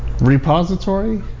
Repository